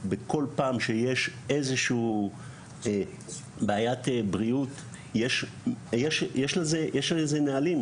בכל פעם שיש איזשהו בעיית בריאות יש לזה נהלים.